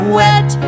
wet